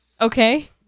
Okay